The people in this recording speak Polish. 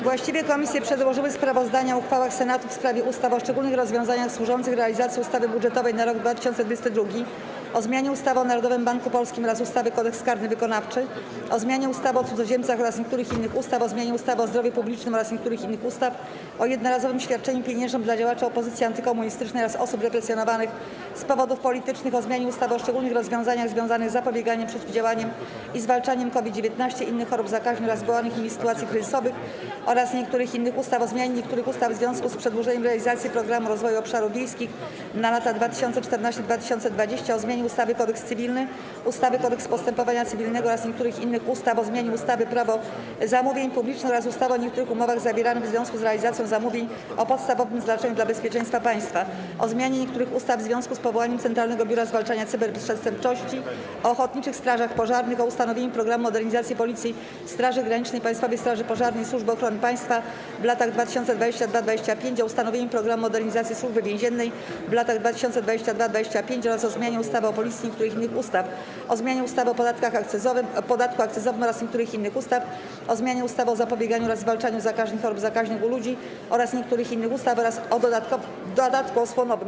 Właściwe komisje przedłożyły sprawozdania o uchwałach Senatu w sprawie ustaw: - o szczególnych rozwiązaniach służących realizacji ustawy budżetowej na rok 2022, - o zmianie ustawy o Narodowym Banku Polskim oraz ustawy - Kodeks karny wykonawczy, - o zmianie ustawy o cudzoziemcach oraz niektórych innych ustaw, - o zmianie ustawy o zdrowiu publicznym oraz niektórych innych ustaw, - o jednorazowym świadczeniu pieniężnym dla działaczy opozycji antykomunistycznej oraz osób represjonowanych z powodów politycznych, - o zmianie ustawy o szczególnych rozwiązaniach związanych z zapobieganiem, przeciwdziałaniem i zwalczaniem COVID-19, innych chorób zakaźnych oraz wywołanych nimi sytuacji kryzysowych oraz niektórych innych ustaw, - o zmianie niektórych ustaw w związku z przedłużeniem realizacji Programu Rozwoju Obszarów Wiejskich na lata 2014–2020, - o zmianie ustawy - Kodeks cywilny, ustawy - Kodeks postępowania cywilnego oraz niektórych innych ustaw, - o zmianie ustawy - Prawo zamówień publicznych oraz ustawy o niektórych umowach zawieranych w związku z realizacją zamówień o podstawowym znaczeniu dla bezpieczeństwa państwa, - o zmianie niektórych ustaw w związku z powołaniem Centralnego Biura Zwalczania Cyberprzestępczości, - o ochotniczych strażach pożarnych, - o ustanowieniu „Programu modernizacji Policji, Straży Granicznej, Państwowej Straży Pożarnej i Służby Ochrony Państwa w latach 2022–2025, o ustanowieniu „Programu modernizacji Służby Więziennej w latach 2022-2025” oraz o zmianie ustawy o Policji i niektórych innych ustaw, - o zmianie ustawy o podatku akcyzowym oraz niektórych innych ustaw, - o zmianie ustawy o zapobieganiu oraz zwalczaniu zakażeń i chorób zakaźnych u ludzi oraz niektórych innych ustaw, - o dodatku osłonowym.